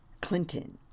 clinton